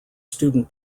student